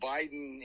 Biden